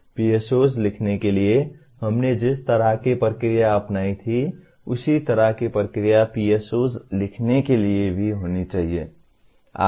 PSOs लिखने के लिए हमने जिस तरह की प्रक्रिया अपनाई थी उसी तरह की प्रक्रिया PSOs लिखने के लिए भी होनी चाहिए